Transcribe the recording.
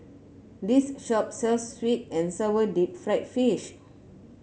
this shop sells sweet and sour Deep Fried Fish